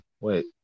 wait